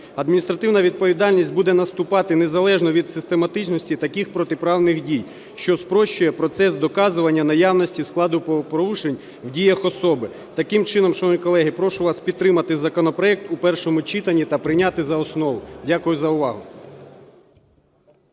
Адміністративна відповідальність буде наступати незалежно від систематичності таких протиправних дій, що спрощує процес доказування наявності складу правопорушень в діях особи. Таким чином, шановні колеги, прошу вас підтримати законопроект у першому читанні та прийняти за основу. Дякую за увагу.